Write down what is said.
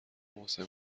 محسن